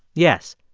yes,